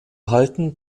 halten